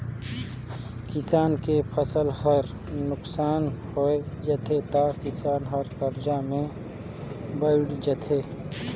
किसान के फसल हर नुकसान होय जाथे त किसान हर करजा में बइड़ जाथे